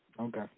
Okay